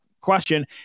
question